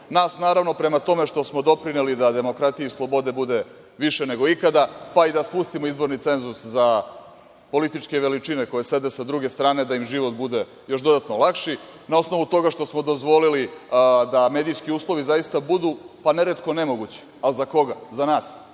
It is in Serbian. Nas naravno prema tome što smo doprineli da demokratije i slobode bude više nego ikada, pa i da spustimo izborni cenzus za političke veličine koji sede sa druge strane, da im život bude još dodatno lakši, na osnovu toga što smo dozvolili da medijski uslovi zaista budu, pa neretko nemogući, ali za koga? Za nas,